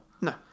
No